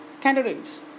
candidates